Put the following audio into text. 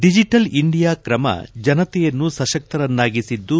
digital India ಕ್ರಮ ಜನತೆಯನ್ನು ಸಶಕ್ತರನ್ನಾಗಿಸಿದ್ದು